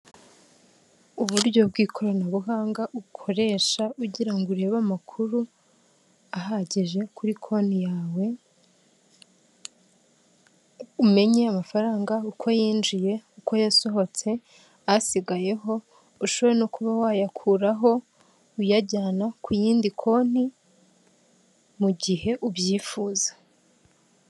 Uburyo bw'ikoranabuhanga ukoresha ugira ngo urebe amakuru ahagije kuri konti yawe umenye amafaranga uko yinjiye, uko yasohotse, asigayeho ushobore no kuba wayakuraho uyajyana ku yindi konti mu gihe ubyifuza.